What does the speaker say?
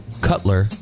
Cutler